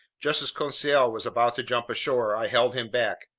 just as conseil was about to jump ashore, i held him back.